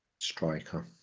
Striker